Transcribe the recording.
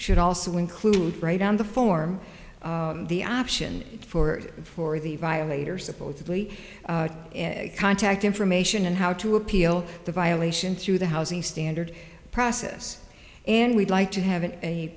should also include right on the form the option for for the violator supportively contact information and how to appeal the violation through the housing standard process and we'd like to have an a